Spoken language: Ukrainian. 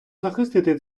захистити